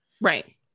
Right